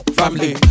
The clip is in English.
family